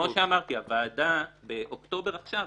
אז כמו שאמרתי: הוועדה - באוקטובר עכשיו,